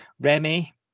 Remy